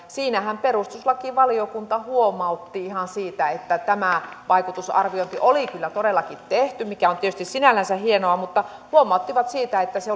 siinähän perustuslakivaliokunta huomautti ihan siitä että tämä vaikutusarviointi oli kyllä todellakin tehty mikä on tietysti sinällänsä hienoa mutta huomautti siitä että se